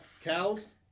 Cows